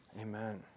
Amen